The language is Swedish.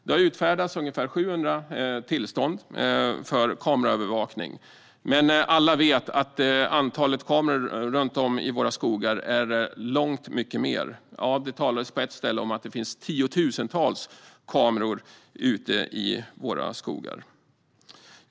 Det har utfärdats ungefär 700 tillstånd för kameraövervakning, men alla vet att antalet kameror runt om i våra skogar är långt mycket större. Det talas på ett ställe om att det finns tiotusentals kameror ute i skogarna.